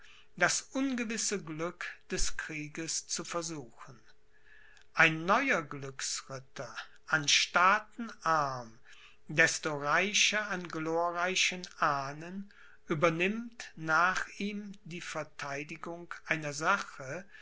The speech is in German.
das ungewisse glück des krieges zu versuchen ein neuer glücksritter an staaten arm desto reicher an glorreichen ahnen übernimmt nach ihm die verteidigung einer sache